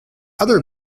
other